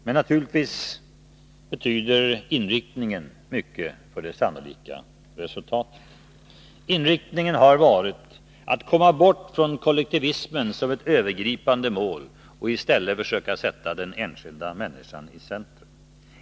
Men naturligtvis betyder inriktningen mycket för det sannolika resultatet. Inriktningen har varit att komma bort från kollektivismen som ett övergripande mål och i stället försöka sätta den enskilda människan i centrum.